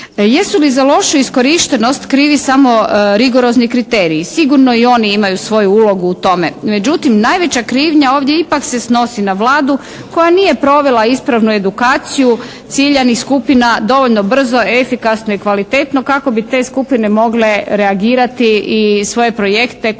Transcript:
Jesu li za lošu iskorištenost krivi samo rigorozni kriteriji? Sigurno i oni imaju svoju ulogu u tome. Međutim, najveća krivnja ovdje ipak se snosi na Vladu koja nije provela ispravnu edukaciju ciljanih skupina dovoljno brzo, efikasno i kvalitetno kako bi te skupine mogle reagirati i svoje projekte koje nude